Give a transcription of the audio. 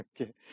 Okay